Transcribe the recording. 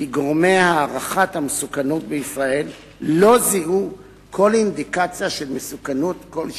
כי גורמי הערכת המסוכנות בישראל לא זיהו כל אינדיקציה של מסוכנות כלשהי,